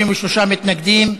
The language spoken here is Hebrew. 33 מתנגדים.